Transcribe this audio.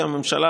כי הממשלה,